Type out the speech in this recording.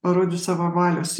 parodys savo valios